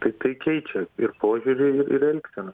kaip tai keičia ir požiūrį ir ir ir elgseną